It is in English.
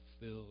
filled